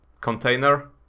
container